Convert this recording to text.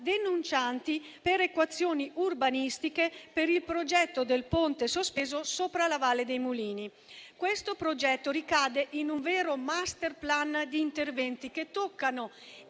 denuncianti perequazioni urbanistiche per il progetto del ponte sospeso sopra la Valle dei mulini. Questo progetto ricade in un vero *masterplan* di interventi che toccano